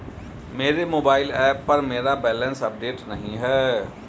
मेरे mobile app पर मेरा बैलेंस अपडेट नहीं है